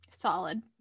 solid